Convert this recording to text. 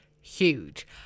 huge